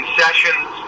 sessions